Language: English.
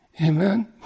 Amen